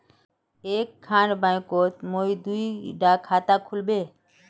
एक खान बैंकोत मोर दुई डा खाता खुल बे?